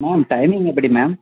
ma'am timing எப்படி ma'am